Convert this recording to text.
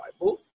Bible